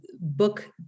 book